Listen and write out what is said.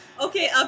okay